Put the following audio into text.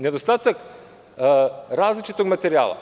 Nedostatak različitog materijala.